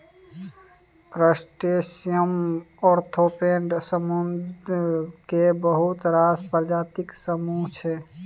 crustaceans arthropod समुह केर बहुत रास प्रजातिक समुह छै